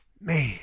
Man